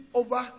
over